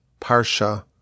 Parsha